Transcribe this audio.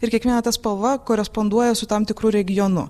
ir kiekviena ta spalva koresponduoja su tam tikru regionu